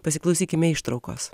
pasiklausykime ištraukos